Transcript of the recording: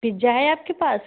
pizza है आपके पास